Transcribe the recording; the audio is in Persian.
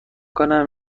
کنم